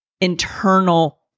internal